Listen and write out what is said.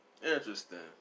Interesting